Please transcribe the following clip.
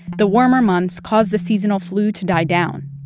the warmer months caused the seasonal flu to die down,